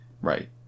Right